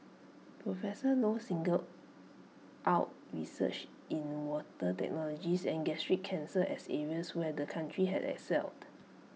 professor low singled out research in water technologies and gastric cancer as areas where the country had excelled